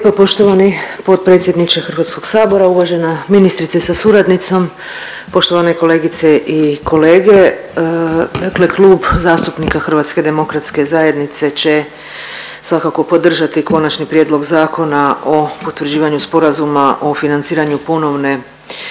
lijepa poštovani potpredsjedniče HS, uvažena ministrice sa suradnicom, poštovane kolegice i kolege. Dakle Klub zastupnika HDZ-a će svakako podržati Konačni prijedlog zakona o potvrđivanju sporazuma o financiranju ponovne